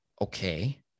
okay